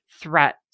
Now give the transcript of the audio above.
threat